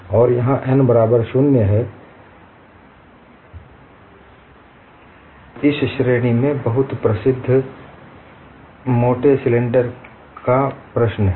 और यहाँ n बराबर शून्य है एक इस श्रेणी में बहुत प्रसिद्ध प्रश्न एक मोटे सिलेंडर की प्रश्न है